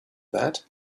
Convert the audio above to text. that